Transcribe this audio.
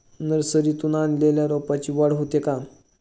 नर्सरीतून आणलेल्या रोपाची वाढ होते का?